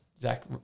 Zach